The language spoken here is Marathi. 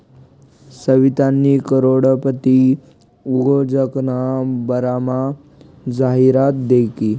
सवितानी करोडपती उद्योजकना बारामा जाहिरात दखी